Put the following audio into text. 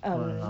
uh